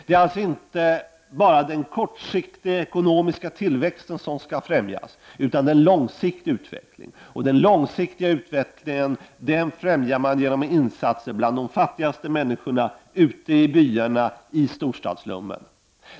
Det är alltså inte bara den kortsiktiga ekonomiska tillväxten som skall främjas utan även den långsiktiga utvecklingen. Den långsiktiga utvecklingen främjar man genom insatser bland de fattigaste människorna ute i byarna och i storstadsslummen.